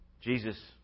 Jesus